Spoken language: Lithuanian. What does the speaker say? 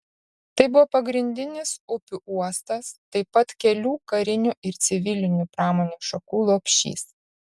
tai buvo pagrindinis upių uostas taip pat kelių karinių ir civilinių pramonės šakų lopšys